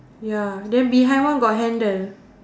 ya then behind one got handle